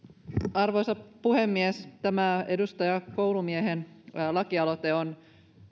arvoisa puhemies tämä edustaja koulumiehen lakialoite on